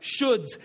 shoulds